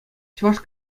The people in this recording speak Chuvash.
чӑваш